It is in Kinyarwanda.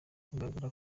kugaragara